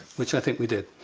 which i think we did.